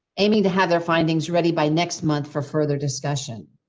amy, to have their findings ready by next month, for further discussion.